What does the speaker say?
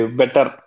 better